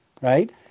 right